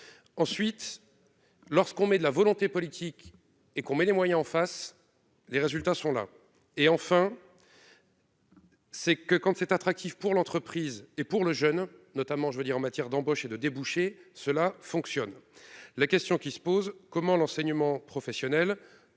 ensuite, lorsque l'on fait preuve de volonté politique et que l'on met les moyens en face, les résultats sont là ; enfin, quand c'est attractif pour l'entreprise et pour le jeune, notamment en matière d'embauche et de débouchés, cela fonctionne. La question qui se pose maintenant est : comment l'enseignement professionnel